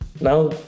Now